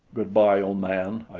good-bye old man,